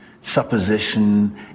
supposition